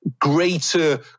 greater